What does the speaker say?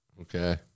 Okay